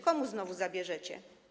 Komu znowu zabierzecie?